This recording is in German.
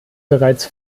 bereits